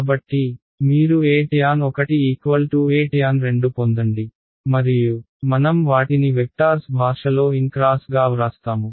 కాబట్టి మీరు E tan1 Etan2 పొందండి మరియు మనం వాటిని వెక్టార్స్ భాషలో n x గా వ్రాస్తాము